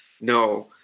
No